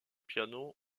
piano